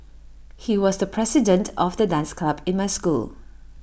he was the president of the dance club in my school